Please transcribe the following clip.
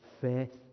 faith